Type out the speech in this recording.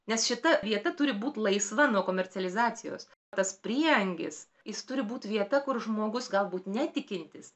nes šita vieta turi būt laisva nuo komercializacijos tas prieangis jis turi būt vieta kur žmogus galbūt netikintis